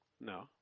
no